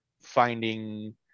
finding